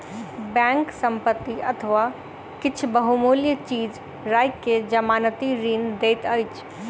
bank संपत्ति अथवा किछ बहुमूल्य चीज राइख के जमानती ऋण दैत अछि